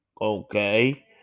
Okay